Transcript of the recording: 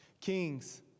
Kings